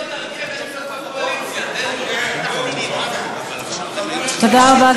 גברתי היושבת-ראש, תודה רבה,